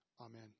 Amen